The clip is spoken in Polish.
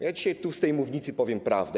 Ja dzisiaj z tej mównicy powiem prawdę.